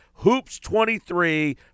HOOPS23